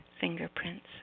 fingerprints